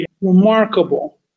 remarkable